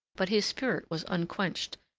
but his spirit was unquenched,